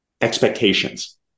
expectations